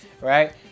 right